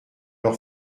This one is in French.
leur